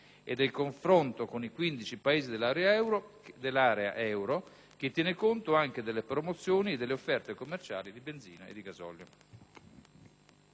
e del confronto con i 15 Paesi dell'area euro, che tiene conto anche delle promozioni e delle offerte commerciali di benzina e gasolio.